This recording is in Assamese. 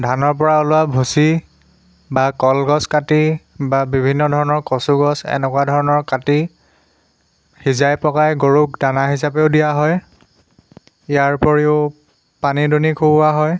ধানৰ পৰা ওলোৱা ভুচি বা কলগছ কাটি বা বিভিন্ন ধৰণৰ কচুগছ এনেকুৱা ধৰণৰ কাটি সিজাই পকাই গৰুক দানা হিচাপেও দিয়া হয় ইয়াৰ উপৰিও পানী দুনি খুওৱা হয়